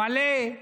מלא,